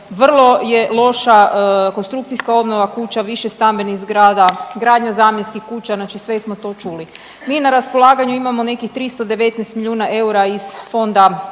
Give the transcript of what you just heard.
Vrlo je loša konstrukcijska obnova kuća, višestambenih zgrada, gradnja zamjenskih kuća. Znači sve smo to čuli. Mi na raspolaganju imamo nekih 319 milijuna eura iz Fonda